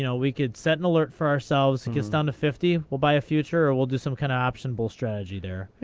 you know we could set an alert for ourselves. it gets down to fifty, we'll buy a future or we'll do some kind of option bull strategy there.